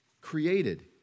created